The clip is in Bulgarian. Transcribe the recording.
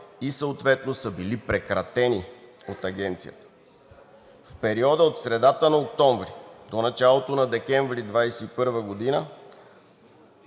и съответно са били прекратени от Агенцията. В периода от средата на октомври до началото на декември 2021 г.